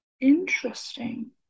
Interesting